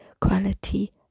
quality